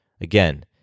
Again